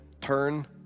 turn